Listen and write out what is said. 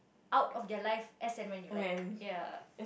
out of their life as and when you like ya